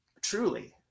truly